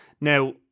Now